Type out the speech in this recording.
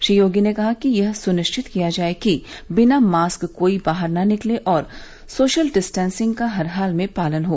श्री योगी ने कहा कि यह सुनिश्चित किया जाए कि बिना मास्क कोई बाहर न निकले और सोशल डिस्टैंसिंग का हर हाल में पालन हो